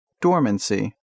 Dormancy